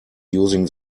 using